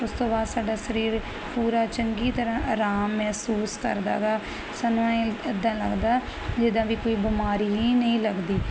ਉਸ ਤੋਂ ਬਾਅਦ ਸਾਡਾ ਸਰੀਰ ਪੂਰਾ ਚੰਗੀ ਤਰਾਂ ਆਰਾਮ ਮਹਿਸੂਸ ਕਰਦਾ ਗਾ ਸਾਨੂੰ ਇਦਾਂ ਲੱਗਦਾ ਜਿਦਾਂ ਵੀ ਕੋਈ ਬਿਮਾਰੀ ਨਹੀਂ ਨਹੀਂ ਲੱਗਦੀ